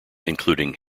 including